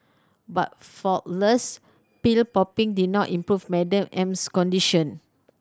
but faultless pill popping did not improve Madam M's condition